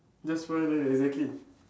that's why though exactly